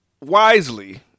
wisely